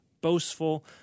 boastful